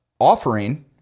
offering